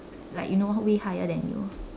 like you know way higher than you